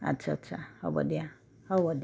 আচ্ছা আচ্ছা হ'ব দিয়া হ'ব দিয়া